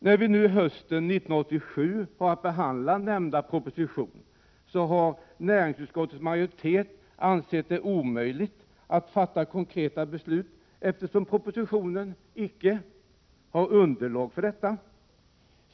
När vi hösten 1987 har att behandla nämnda proposition har näringsutskottets majoritet ansett det omöjligt att fatta konkreta beslut, eftersom propositionen icke har underlag för detta.